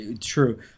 True